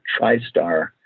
TriStar